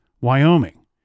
Wyoming